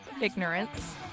Ignorance